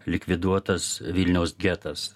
likviduotas vilniaus getas